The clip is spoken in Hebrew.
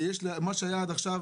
מה שהיה עד עכשיו,